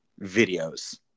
videos